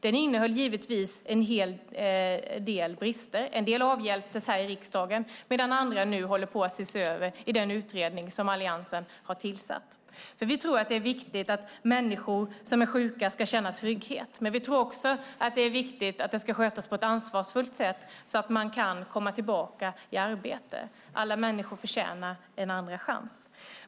Den innehöll en hel del brister. En del avhjälptes i riksdagen medan andra nu ses över i den utredning som Alliansen har tillsatt. Vi tycker att det är viktigt att människor som är sjuka ska kunna känna trygghet, men vi tycker att det också är viktigt att det hela sköts på ett ansvarsfullt sätt så att människor kan komma tillbaka i arbete. Alla förtjänar en andra chans.